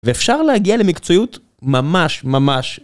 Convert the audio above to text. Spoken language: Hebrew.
ואפשר להגיע למקצועיות ממש ממש.